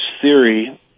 theory